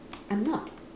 I'm not